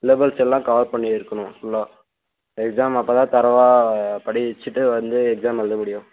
syllabus எல்லாம் cover பண்ணி இருக்கணும் ஃபுல்லாக எக்ஸாமில் அப்போ தான் தரவாக படிச்சுட்டு வந்து எக்ஸாம் எழுத முடியும்